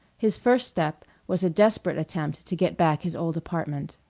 his first step was a desperate attempt to get back his old apartment.